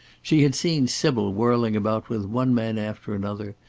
she had seen sybil whirling about with one man after another,